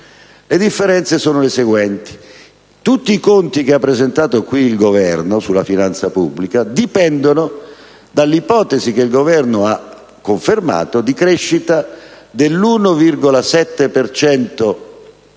Le differenze sono le seguenti. Tutti i conti che ha presentato il Governo sulla finanza pubblica dipendono dall'ipotesi, confermata dal Governo stesso, di crescita dell'1,7